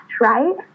right